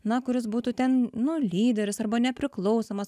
na kuris būtų ten nu lyderis arba nepriklausomas